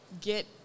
get